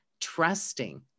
trusting